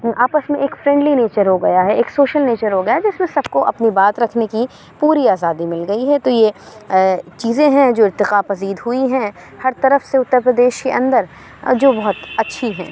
آپس میں ایک فیملی نیچر ہوگیا ہے ایک سوشل نیچر ہوگیا ہے جس میں سب کو اپنی بات رکھنے کی پوری آزادی مل گئی ہے تو یہ چیزیں ہیں جو ارتقاء پذید ہوئی ہیں ہر طرف سے اتر پردیش کے اندر جو بہت اچھی ہیں